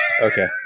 Okay